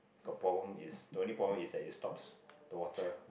got problem is the only problem is like you stops the water